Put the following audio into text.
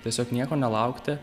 tiesiog nieko nelaukti